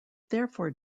therefore